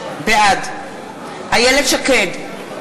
בעד איילת שקד,